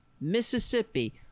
Mississippi